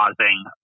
causing